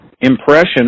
impression